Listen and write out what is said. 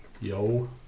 Yo